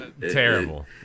terrible